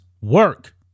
work